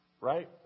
Right